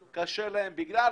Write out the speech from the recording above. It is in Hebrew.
לנו היה קושי רב,